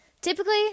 typically